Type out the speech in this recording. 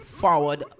forward